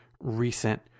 recent